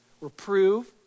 Reprove